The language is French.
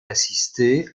assister